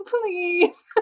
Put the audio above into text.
Please